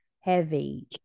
heavy